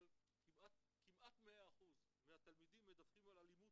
כמעט 100% מהתלמידים מדווחים על אלימות